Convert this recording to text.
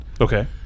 Okay